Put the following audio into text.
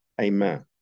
Amen